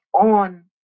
on